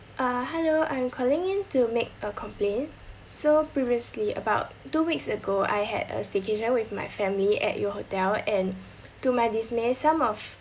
uh hello I'm calling in to make a complaint so previously about two weeks ago I had a staycation with my family at your hotel and to my dismay some of